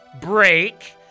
break